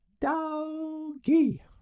doggy